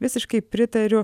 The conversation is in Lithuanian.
visiškai pritariu